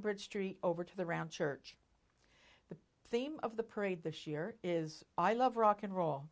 bridge street over to the round church the theme of the parade this year is i love rock n roll